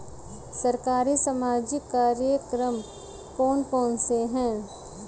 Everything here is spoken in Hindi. सरकारी सामाजिक कार्यक्रम कौन कौन से हैं?